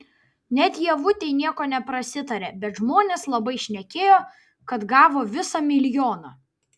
net ievutei nieko neprasitarė bet žmonės labai šnekėjo kad gavo visą milijoną